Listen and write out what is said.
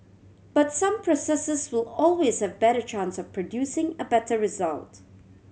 but some processes will always have better chance of producing a better result